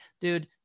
Dude